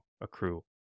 accrue